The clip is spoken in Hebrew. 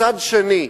מצד שני,